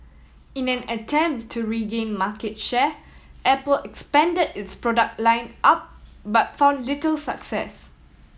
in an attempt to regain market share Apple expanded its product line up but found little success